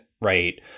right